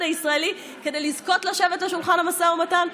הישראלי כדי לזכות לשבת בשולחן המשא ומתן.